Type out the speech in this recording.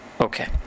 okay